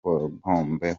bloomberg